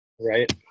Right